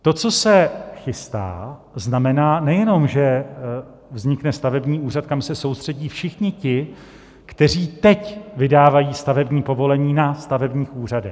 To, co se chystá, znamená nejenom, že vznikne stavební úřad, kam se soustředí všichni ti, kteří teď vydávají stavební povolení na stavebních úřadech.